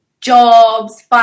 jobs